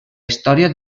història